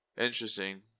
Interesting